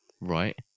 Right